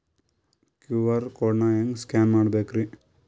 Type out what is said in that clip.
QR code ನಾ ಹೆಂಗ scan ಮಾಡಬೇಕ್ರಿ?